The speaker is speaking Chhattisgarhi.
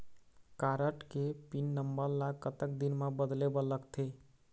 कारड के पिन नंबर ला कतक दिन म बदले बर लगथे?